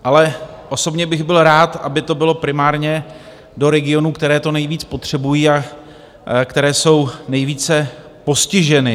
Ale osobně bych byl rád, aby to bylo primárně do regionů, které to nejvíc potřebují a které jsou nejvíce postiženy.